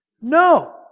No